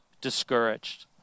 discouraged